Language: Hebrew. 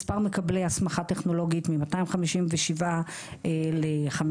מספר מקבלי הסמכה טכנולוגית מ-257 ל-582,